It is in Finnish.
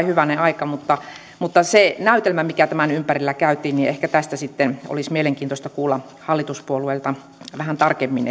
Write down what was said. hyvänen aika mutta mutta se näytelmä mikä tämän ympärillä käytiin ehkä tästä olisi mielenkiintoista kuulla hallituspuolueilta vähän tarkemmin